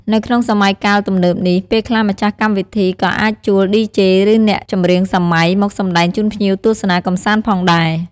នៅក្នុងសម័យកាលទំនើបនេះ ពេលខ្លះម្ចាស់កម្មវិធីក៏អាចជួល ឌីជេ ឬ អ្នកចម្រៀងសម័យ មកសម្ដែងជូនភ្ញៀវទស្សនាកំសាន្តផងដែរ។